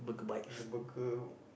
the burger